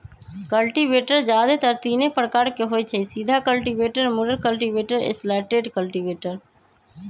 cultivator जादेतर तीने प्रकार के होई छई, सीधा कल्टिवेटर, मुरल कल्टिवेटर, स्लैटेड कल्टिवेटर